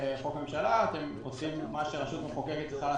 לממשלה אלא עושים את מה שרשות מחוקקת יכולה לעשות,